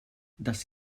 das